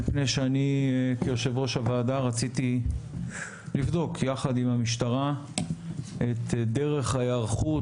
מפני שאני כיושב-ראש הוועדה רציתי לבדוק יחד עם המשטרה את דרך ההיערכות,